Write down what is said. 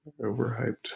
Overhyped